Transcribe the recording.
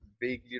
vaguely